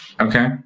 Okay